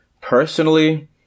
Personally